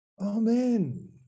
amen